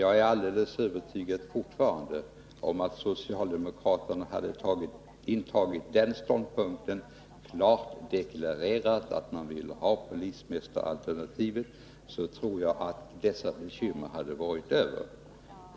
Jag är fortfarande helt övertygad om att ifall socialdemokraterna hade intagit den ståndpunkten och klart deklarerat att man ville ha polismästaralternativet, så hade dessa bekymmer varit över.